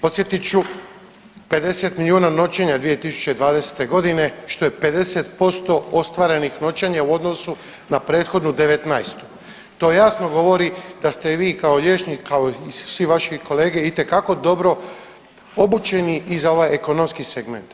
Podsjetit ću, 50 milijuna noćenja 2020.g. što je 50% ostvarenih noćenja u odnosu na prethodnu '19., to jasno govori da ste i vi kao liječnik, kao i svi vaše kolege itekako dobro obučeni i za ovaj ekonomski segment.